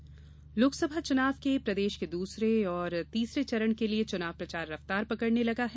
चुनाव प्रचार लोकसभा चुनाव के प्रदेश के दूसरे और तीसरे चरण के लिये चुनाव प्रचार रफ्तार पकडने लगा है